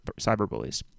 cyberbullies